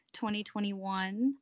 2021